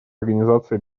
организации